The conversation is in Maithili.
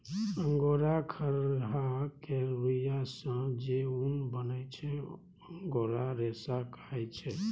अंगोरा खरहा केर रुइयाँ सँ जे उन बनै छै अंगोरा रेशा कहाइ छै